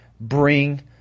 bring